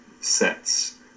sets